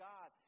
God